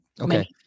Okay